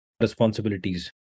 responsibilities